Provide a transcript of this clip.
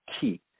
key